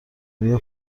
روی